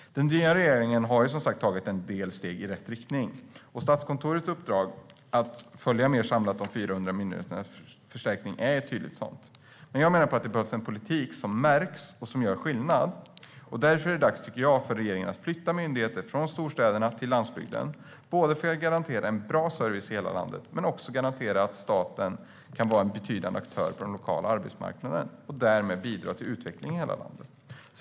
Den nya regeringen har tagit en del steg i rätt riktning. Statskontorets uppdrag att mer samlat följa de 400 myndigheternas förstärkning är ett tydligt sådant. Men jag menar att det behövs en politik som märks och som gör skillnad. Därför är det dags för regeringen att flytta myndigheter från storstäderna till landsbygden, både för att garantera en bra service i hela landet och för att staten kan vara en betydande aktör på den lokala arbetsmarknaden och därmed bidra till utveckling i hela landet.